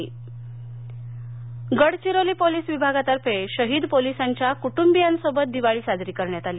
Diwali Gadchiroli Gadchiroli police विभागातर्फे शहीद पोलिसांच्या कुटुंबीयांसोबत दिवाळी साजरी करण्यात आली